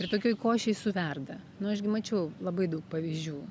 ir tokioj košėj suverda nu aš gi mačiau labai daug pavyzdžių